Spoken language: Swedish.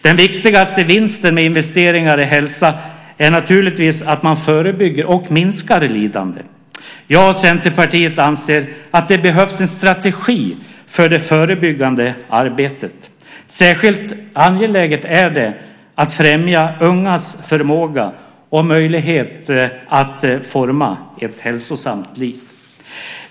Den viktigaste vinsten med investeringar i hälsa är naturligtvis att man förebygger och minskar lidande. Jag och Centerpartiet anser att det behövs en strategi för det förebyggande arbetet. Särskilt angeläget är att främja ungas förmåga och möjligheter att forma ett hälsosamt liv.